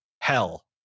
hell